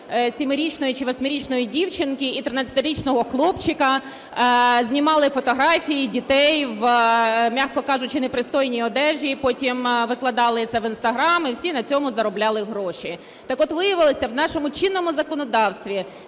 7-річної, чи 8-річної дівчинки, і 13-річного хлопчика знімали фотографії дітей в, м'яко кажучи, непристойній одежі і потім викладали це в інстаграм, і всі на цьому заробляли гроші. Так от, виявилося, в нашому чинному законодавстві